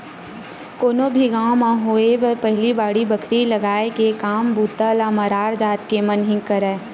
कोनो भी गाँव म होवय पहिली बाड़ी बखरी लगाय के काम बूता ल मरार जात के मन ही करय